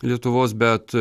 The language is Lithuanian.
lietuvos bet